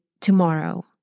tomorrow